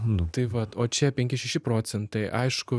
nu tai vat o čia penki šeši procentai aišku